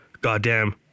goddamn